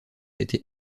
été